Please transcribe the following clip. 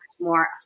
more